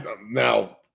Now